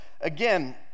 Again